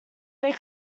they